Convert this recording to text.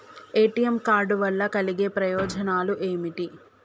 ATM card వల్ల కలిగే ప్రయోజనాలు ఏమిటి?